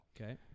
Okay